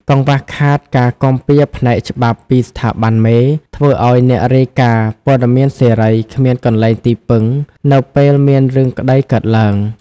កង្វះខាតការគាំពារផ្នែកច្បាប់ពីស្ថាប័នមេ ធ្វើឱ្យអ្នករាយការណ៍ព័ត៌មានសេរី គ្មានកន្លែងទីពឹងនៅពេលមានរឿងក្តីកើតឡើង។